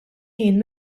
ħin